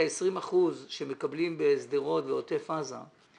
את ה-20 אחוזים שמקבלים בשדרות ובעוטף עזה,